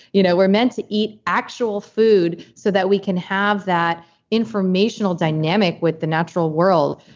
you know we're meant to eat actual food so that we can have that informational dynamic with the natural world.